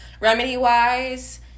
remedy-wise